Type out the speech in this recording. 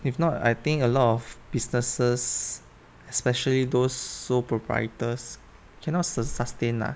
if not I think a lot of businesses especially those sole proprietors cannot sustain lah